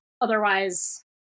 otherwise